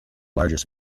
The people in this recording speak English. largest